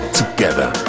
together